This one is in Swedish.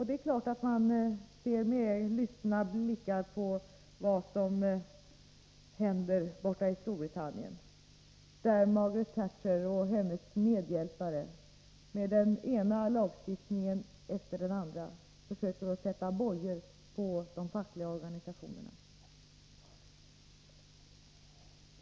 Det är klart att moderaterna ser med lystna blickar på vad som händer borta i Storbritannien, där Margaret Thatcher och hennes medhjälpare med den ena lagstiftningen efter den andra försöker att sätta bojor på de fackliga organisationerna.